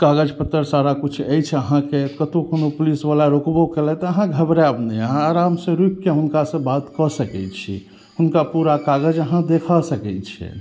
कागज पत्तर सारा किछु अछि अहाँके कतौ कोनो पुलिस बला रोकबो केलथि अहाँ घबराएब नहि अहाँ आराम से रुकिके हुनका से बात कऽ सकैत छी हुनका पूरा कागज अहाँ देखा सकैत छै